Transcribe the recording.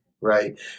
Right